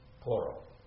Plural